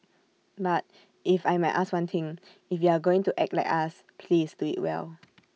but if I might ask one thing if you are going to act like us please do IT well